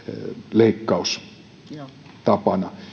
leikkaustapana